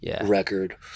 record